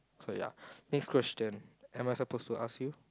so ya next question am I suppose to ask you